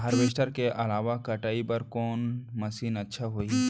Harvester के अलावा कटाई बर कोन मशीन अच्छा होही?